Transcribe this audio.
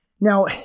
Now